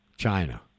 China